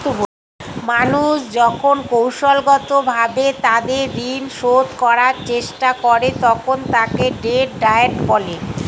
মানুষ যখন কৌশলগতভাবে তাদের ঋণ শোধ করার চেষ্টা করে, তখন তাকে ডেট ডায়েট বলে